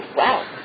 wow